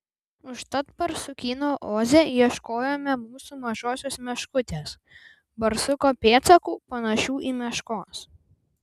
užtat barsukyno oze ieškojome mūsų mažosios meškutės barsuko pėdsakų panašių į meškos